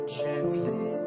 gently